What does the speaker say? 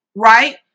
right